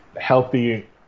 healthy